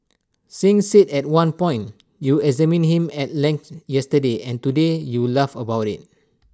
Singh said at one point you examined him at length yesterday and today you laugh about IT